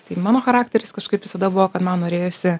tai mano charakteris kažkaip visada buvo kad man norėjosi